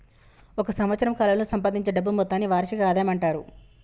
ఒక సంవత్సరం కాలంలో సంపాదించే డబ్బు మొత్తాన్ని వార్షిక ఆదాయం అంటారు